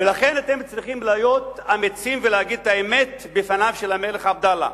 ולכן אתם צריכים להיות אמיצים ולהגיד את האמת בפניו של המלך עבדאללה.